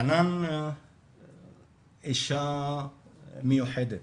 חנאן אישה מיוחדת,